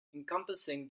encompassing